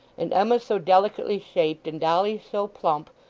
and emma so delicately shaped, and dolly so plump,